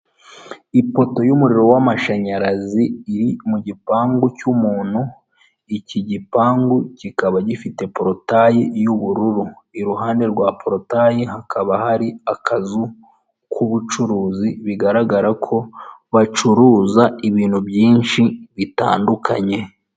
Ipoto y'umuriro w'amashanyarazi, iri mu gipangu cy'umuntu, iki gipangu kikaba gifite porotayi y'ubururu, iruhande rwa porotayi hakaba hari akazu k'ubucuruzi bigaragara ko bacuruza ibintu byinshi bitandukanye.